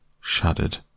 shuddered